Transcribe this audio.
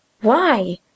Why